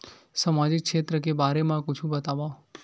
सामाजिक क्षेत्र के बारे मा कुछु बतावव?